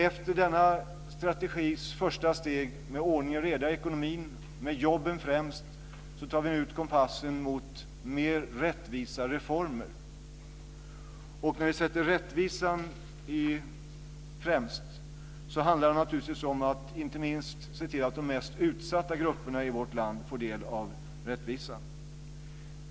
Efter denna strategis första steg med ordning och reda i ekonomin, med jobben främst, tar vi ut kompassen mot mer rättvisa reformer. När vi sätter rättvisan främst handlar det inte minst om att se till att de mest utsatta grupperna i vårt land får del av rättvisan.